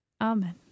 Amen